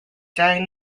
during